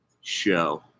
show